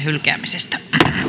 hylkäämisestä